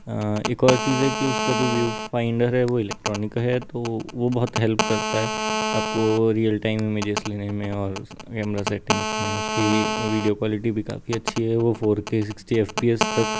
एक और चीज़ है कि उसका जो व्यू फाइंडर है वह इलेक्ट्रॉनिक है तो वह बहुत हेल्प करता है आपको रियल टाइम इमेजेस लेने में और कैमरा सेटिंग्स में उसकी वीडियो क्वालिटी भी काफ़ी अच्छी है वह four K sixty F P S तक